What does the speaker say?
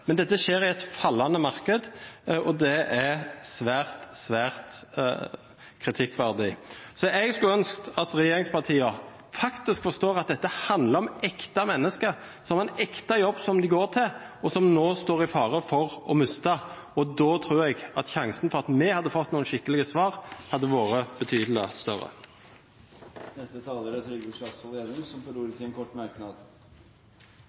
men dette skjer i et fallende marked. Det er svært, svært kritikkverdig. Jeg skulle ønsket at regjeringspartiene faktisk forstod at dette handler om ekte mennesker, som har en ekte jobb som de går til, og som de nå står i fare for å miste. Da tror jeg at sjansen for at vi hadde fått noen skikkelige svar, hadde vært betydelig større. Representanten Trygve Slagsvold Vedum har hatt ordet to ganger tidligere og får ordet til en kort merknad,